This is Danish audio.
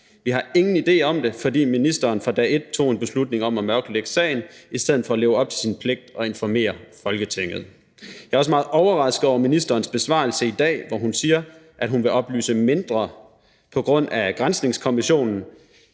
Vi har ingen idé om det, fordi ministeren fra dag et tog en beslutning om at mørklægge sagen i stedet for at leve op til sin pligt og informere Folketinget. Jeg er også meget overrasket over ministerens besvarelse i dag, hvor hun siger, at hun vil oplyse mindre på grund af granskningskommissionen.